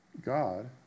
God